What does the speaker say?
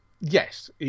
yes